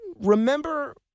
remember